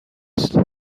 است